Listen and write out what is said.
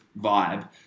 vibe